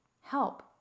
help